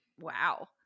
wow